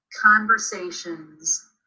conversations